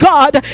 God